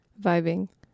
vibing